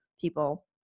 people